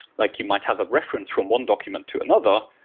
like you might have a reference from one document to another,